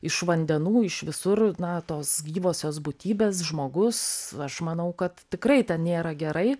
iš vandenų iš visur na tos gyvosios būtybės žmogus aš manau kad tikrai ten nėra gerai